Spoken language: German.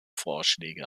vorschläge